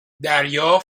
دریا